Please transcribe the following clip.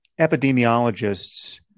epidemiologists